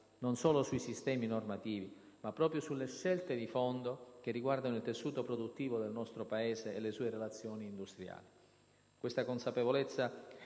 non solo sui sistemi normativi, ma proprio sulle scelte di fondo che riguardano il tessuto produttivo del nostro Paese e le sue relazioni industriali.